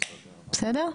בסדר?